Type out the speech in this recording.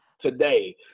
today